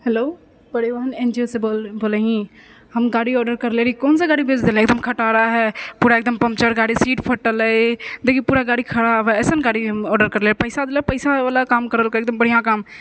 hello परिवहन एनजीओसँ बोलैहीँ हम गाड़ी ऑडर करले रही कोनसा गाड़ी भेज देलहीँ एकदम खटारा हइ पूरा एकदम पङ्कचर गाड़ी सीट फटल हइ देखी पूरा गाड़ी खराब हइ अइसन गाड़ी हम ऑडर करले पैसा देले पैसावला काम करल करी एकदम बढ़िआँ काम